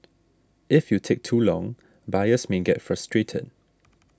if you take too long buyers may get frustrated